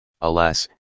alas